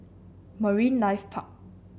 Marine Life Park